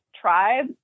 tribe